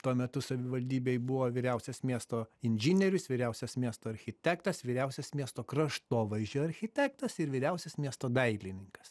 tuo metu savivaldybėj buvo vyriausias miesto inžinierius vyriausias miesto architektas vyriausias miesto kraštovaizdžio architektas ir vyriausias miesto dailininkas